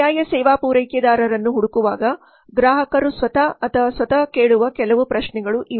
ಪರ್ಯಾಯ ಸೇವಾ ಪೂರೈಕೆದಾರರನ್ನು ಹುಡುಕುವಾಗ ಗ್ರಾಹಕರು ಸ್ವತಃ ಅಥವಾ ಸ್ವತಃ ಕೇಳುವ ಕೆಲವು ಪ್ರಶ್ನೆಗಳು ಇವು